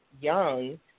young